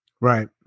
Right